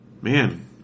Man